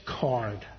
card